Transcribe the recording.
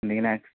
അല്ലെങ്കിൽ ആക്സി